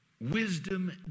Wisdom